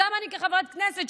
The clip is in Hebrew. גם אני כחברת כנסת,